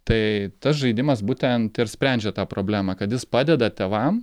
tai tas žaidimas būtent ir sprendžia tą problemą kad jis padeda tėvam